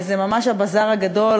זה ממש הבזאר הגדול,